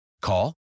Call